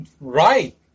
right